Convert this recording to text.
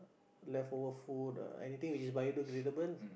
leftover food uh anything which is biodegradable